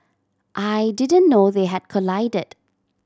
I didn't know they had collided